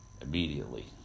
immediately